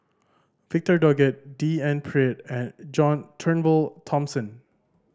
Victor Doggett D N Pritt and John Turnbull Thomson